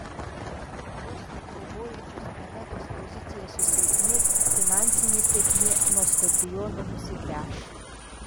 vos tik globojančios planetos pozicija susilpnės finansinė sėkmė nuo skorpionų nusigręš